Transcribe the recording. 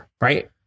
right